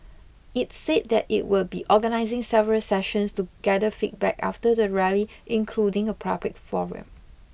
it said that it will be organising several sessions to gather feedback after the rally including a public forum